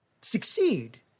succeed